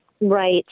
right